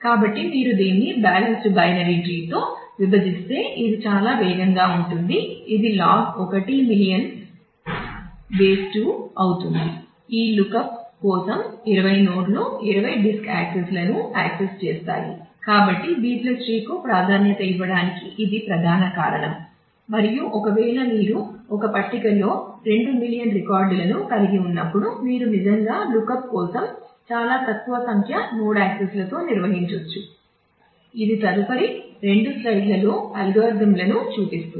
కాబట్టి మీరు దీన్ని బ్యాలెన్స్డ్ బైనరీ ట్రీలను చూపిస్తుంది